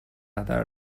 هدر